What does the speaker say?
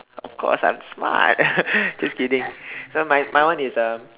of course I'm smart just kidding just kidding so my my one is a